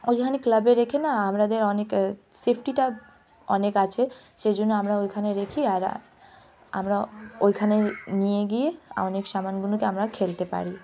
ওখানে ক্লাবে রেখে না আমাদের অনেক সেফটিটা অনেক আছে সেই জন্য আমরা ওখানে রাখি আর আমরা ওখানে নিয়ে গিয়ে অনেক সামানগুলোকে আমরা খেলতে পারি